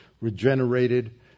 regenerated